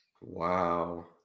Wow